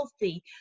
healthy